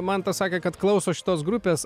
mantas sakė kad klauso šitos grupės